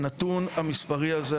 הנתון המסחרי הזה,